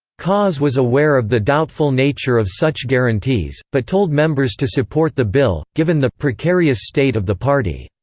kaas was aware of the doubtful nature of such guarantees, but told members to support the bill, given the precarious state of the party.